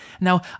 Now